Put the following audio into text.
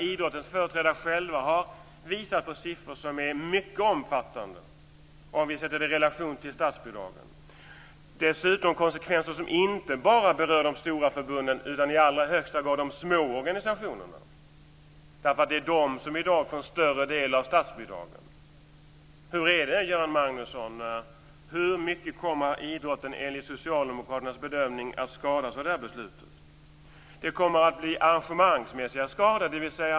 Idrottens företrädare har själva visat på siffror som är mycket omfattande, om vi sätter det i relation till statsbidragen, konsekvenser som inte bara berör de stora förbunden utan i allra högsta grad de små organisationerna. Det är de som i dag får större delen av statsbidragen. Hur är det, Göran Magnusson, hur mycket kommer idrotten enligt socialdemokraternas bedömning att skadas av det här beslutet? Det kommer att bli arrangemangsmässiga skador.